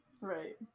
right